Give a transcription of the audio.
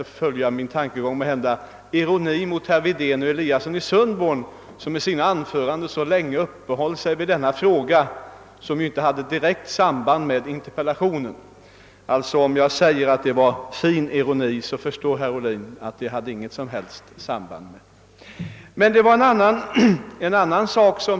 Det var ironi gentemot herr Wedén och herr Eliasson i Sundborn, som i sina anföranden så länge uppehöll sig vid denna fråga, vilken inte har något direkt samband med interpellationen. Om jag säger att det var ironi förstår herr Ohlin att det inte hade något samband med honom.